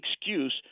excuse